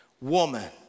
Woman